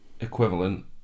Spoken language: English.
equivalent